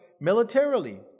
militarily